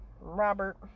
Robert